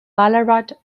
ballarat